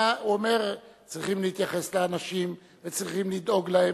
אומר: צריכים להתייחס לאנשים וצריכים לדאוג להם.